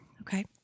Okay